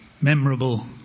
memorable